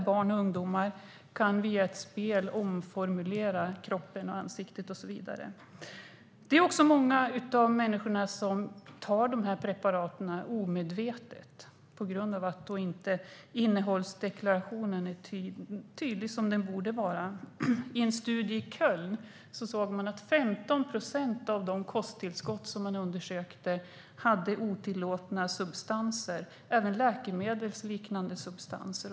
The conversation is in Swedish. Barn och ungdomar kan alltså via ett spel omforma kroppen och ansiktet och så vidare. Många människor tar dessa preparat omedvetet på grund av att innehållsdeklarationen inte är så tydlig som den borde vara. I en studie i Köln såg man att 15 procent av de kosttillskott som undersöktes innehöll otillåtna substanser - även läkemedelsliknande substanser.